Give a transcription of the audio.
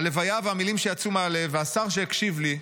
הלוויה והמילים שיצאו מהלב, והשר שהקשיב לי,